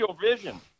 vision